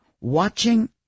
watching